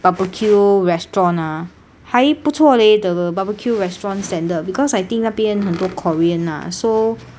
barbecue restaurant ah 还不错 leh the barbecue restaurant standard because I think 那边很多 korean lah so